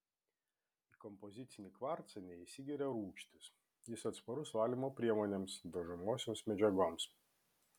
į kompozicinį kvarcą neįsigeria rūgštys jis atsparus valymo priemonėms dažomosioms medžiagoms